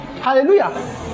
Hallelujah